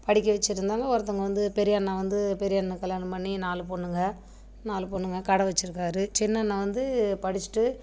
படிக்க வைச்சிருந்தாலும் ஒருத்தங்க வந்து பெரிய அண்ணா வந்து பெரிய அண்ணன் கல்யாணம் பண்ணி நாலு பொண்ணுங்கள் நாலு பொண்ணுங்கள் கடை வைச்சிருக்காரு சின்ன அண்ணா வந்து படிச்சுட்டு